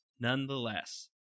nonetheless